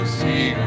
see